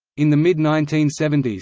in the mid nineteen seventy s,